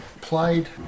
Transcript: played